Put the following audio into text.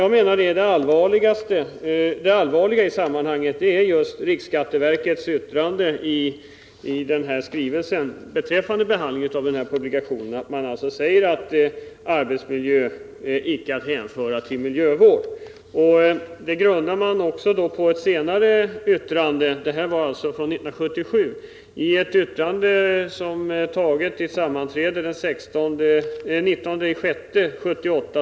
Vad som enligt min mening är det allvarliga i sammanhanget är riksskatteverkets uttalande i skrivelsen beträffande behandlingen av denna publikation, att förbättring av arbetsmiljön icke är att hänföra till miljövårdens syften. Detta uttalande gjordes 1977. Uppfattningen grundas också på ett yttrande behandlat vid ett sammanträde den 19 juni 1978.